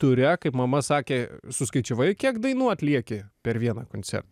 ture kaip mama sakė suskaičiavai kiek dainų atlieki per vieną koncertą